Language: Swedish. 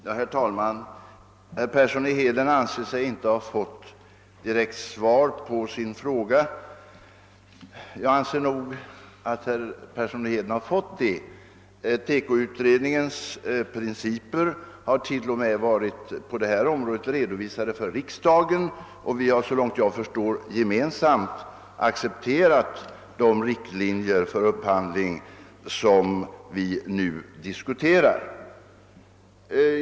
Herr talman! Herr Persson i Heden anser sig inte ha fått direkt svar på sin fråga, men jag tycker nog att han har fått det. TEKO-utredningens principer på detta område har t.o.m. varit redovisade för riksdagen, och vi har så långt jag förstår gemensamt accepterat de riktlinjer för upphandling som här diskuteras.